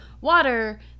water